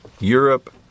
Europe